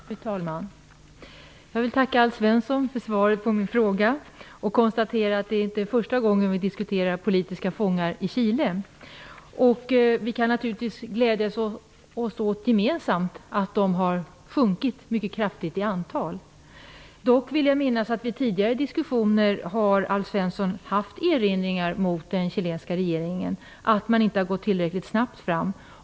Fru talman! Jag vill tacka Alf Svensson för svaret på min fråga och konstaterar att det inte är första gången vi diskuterar politiska fångar i Chile. Gemensamt kan vi naturligtvis glädja oss åt att antalet fångar har sjunkit mycket kraftigt. Dock vill jag minnas att vid tidigare diskussioner har Alf Svensson haft erinringar mot den chilenska regeringen för att man inte har gått tillräckligt snabbt fram.